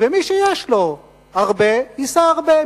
מי שיש לו הרבה, ייסע הרבה.